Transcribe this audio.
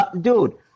dude